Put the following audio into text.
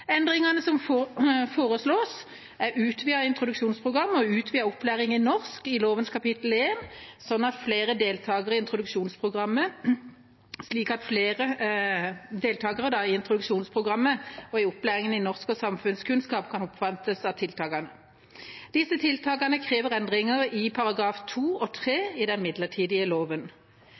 Endringene som foreslås, er utvidet introduksjonsprogram og utvidet opplæring i norsk i lovens kapittel 1, slik at flere deltakere i introduksjonsprogrammet og i opplæring i norsk og samfunnskunnskap kan omfattes av tiltakene. Disse tiltakene krever endringer i §§ 2 og 3 i den midlertidige loven.